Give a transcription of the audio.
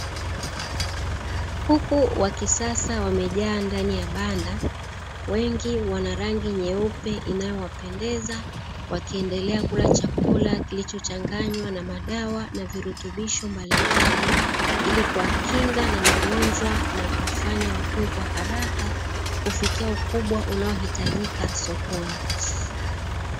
Kuku wa kisasa wamejaa ndani ya banda, wengi wana rangi nyeupe inayowapendeza. Wakiendelea kula chakula kilicho changanywa na madawa na virutubisho mbalimbali ili kuwakinga na magonjwa na kuwafanya wakue kwa haraka, kufikia ukubwa unaohitajika sokoni.